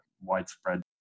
widespread